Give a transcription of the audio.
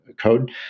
code